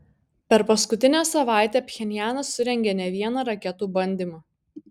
per paskutinę savaitę pchenjanas surengė ne vieną raketų bandymą